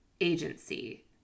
agency